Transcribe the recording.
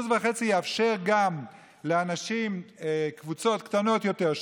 1.5% יאפשר ייצוג גם לקבוצות קטנות יותר,